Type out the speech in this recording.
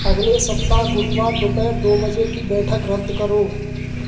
अगले सप्ताह गुरुवार दोपहर दो बजे की बैठक रद्द करो